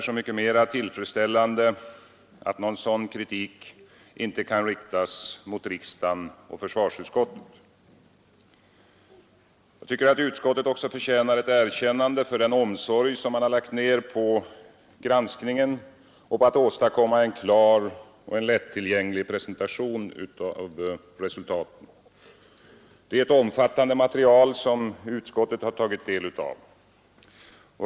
Så mycket mera tillfredsställande är det då att någon sådan kritik inte kan riktas mot riksdagen och försvarsutskottet. Utskottet förtjänar också erkännande för den omsorg som man har lagt ned på granskningen och på att åstadkomma en klar och lättillgänglig presentation av resultaten. Det är ett omfattande material som utskottet har tagit del av.